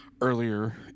earlier